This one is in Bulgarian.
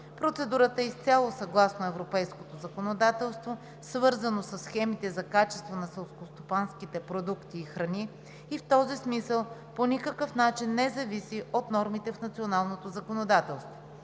Процедурата е изцяло съгласно европейското законодателство, свързано със схемите за качество на селскостопанските продукти и храни, и в този смисъл по никакъв начин не зависи от нормите в националното законодателство.